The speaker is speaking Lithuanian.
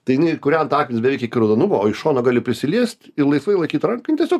tai jinai įkūrenta akmenys beveik iki raudonumo o iš šono gali prisiliest ir laisvai laikyt ranką jin tiesiog